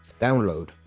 download